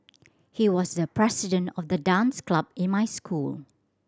he was the president of the dance club in my school